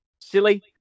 silly